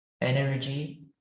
energy